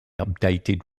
updated